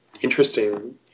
interesting